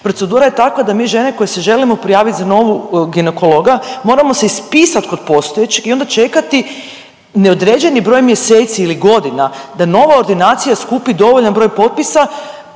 procedura je takva da mi žene koje se želimo prijavit za novu ginekologa, moramo se ispisat kod postojećeg i onda čekati neodređeni broj mjeseci ili godina da nova ordinacija skupi dovoljan broj potpisa,